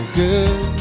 good